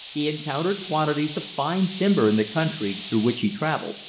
he encountered quantities of fine timber in the country through which he travelled,